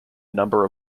number